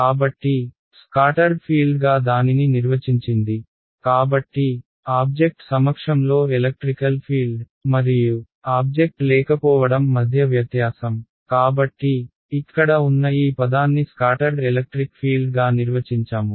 కాబట్టి స్కాటర్డ్ ఫీల్డ్గా దానిని నిర్వచించింది కాబట్టి ఆబ్జెక్ట్ సమక్షంలో ఎలక్ట్రికల్ ఫీల్డ్ మరియు ఆబ్జెక్ట్ లేకపోవడం మధ్య వ్యత్యాసం కాబట్టి ఇక్కడ ఉన్న ఈ పదాన్ని స్కాటర్డ్ ఎలక్ట్రిక్ ఫీల్డ్ గా నిర్వచించాము